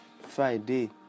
Friday